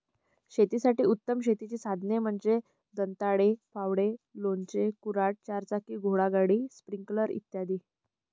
शेतासाठी उत्तम शेतीची साधने म्हणजे दंताळे, फावडे, लोणचे, कुऱ्हाड, चारचाकी घोडागाडी, स्प्रिंकलर इ